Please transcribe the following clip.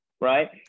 right